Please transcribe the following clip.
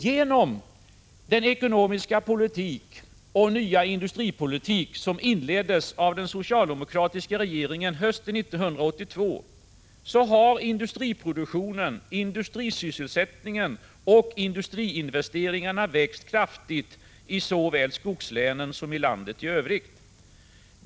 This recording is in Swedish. Genom den ekonomiska politik och nya industripolitik som inleddes av den socialdemokratiska regeringen hösten 1982 har industriproduktionen, industrisysselsättningen och industriinvesteringarna växt kraftigt såväl i skogslänen som i landet i övrigt.